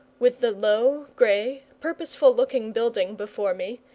with the low, grey, purposeful-looking building before me,